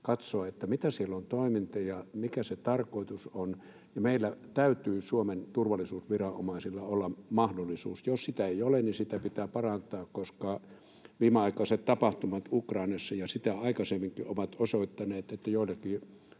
katsoa, mitä toimintoja siellä on ja mikä sen tarkoitus on, ja tähän täytyy olla meidän Suomen turvallisuusviranomaisilla mahdollisuus. Jos sitä ei ole, niin sitä pitää parantaa, koska viimeaikaiset tapahtumat Ukrainassa, ja sitä aikaisemminkin, ovat osoittaneet, että joillakin